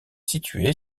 située